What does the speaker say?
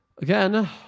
again